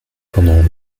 pendant